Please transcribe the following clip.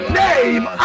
name